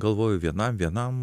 galvoju vienam vienam